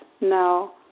No